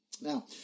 Now